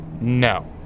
No